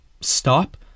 stop